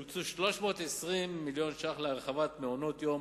יוקצו 320 מיליון ש"ח להרחבת מעונות-יום,